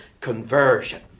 conversion